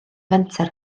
fenter